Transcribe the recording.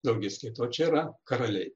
daugiskaita o čia jau yra karaliai